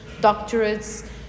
doctorates